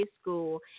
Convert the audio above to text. School